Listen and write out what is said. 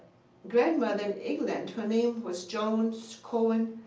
grandmother in england her name was jones-cohen,